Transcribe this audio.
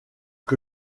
que